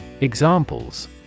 Examples